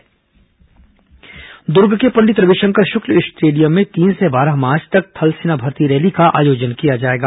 थल सेना भर्ती रैली दूर्ग के पंडित रविशंकर शुक्ल स्टेडियम में तीन से बारह मार्च तक थल सेना भर्ती रैली का आयोजन किया जाएगा